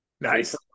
Nice